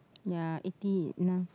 ya eighty enough